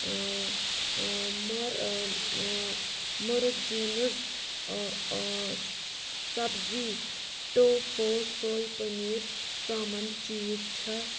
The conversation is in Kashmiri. مَر مٔرگ جیٖنٕز آ آ سبزی ٹوفو سوے پنیٖر ژامن چیٖز چھا